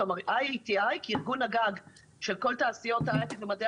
IETI כארגון הגג של כל תעשיות ההייטק ומדעי